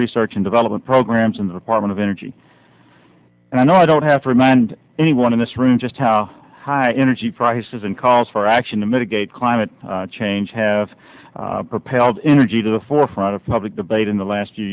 research and development programs in the department of energy and i know i don't have to remind anyone in this room just how high energy prices and calls for action to mitigate climate change have propelled energy to the forefront of public debate in the last